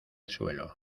suelo